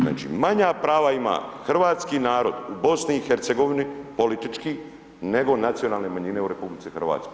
Znači, manja prava ima hrvatski narod u BiH politički, nego nacionalne manjine u RH.